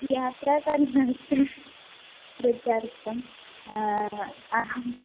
यात्रा करणार्थं कृतार्थम् अहम्